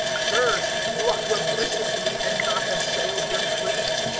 sirs, you ought to have listened to me and not have sailed from crete.